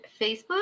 Facebook